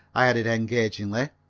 i added engagingly,